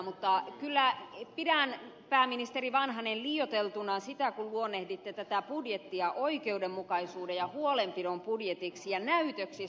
mutta kyllä pidän pääministeri vanhanen liioiteltuna sitä kun luonnehditte tätä budjettia oikeudenmukaisuuden ja huolenpidon budjetiksi ja näytöksi sosiaalisesta vastuullisuudesta